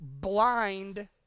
blind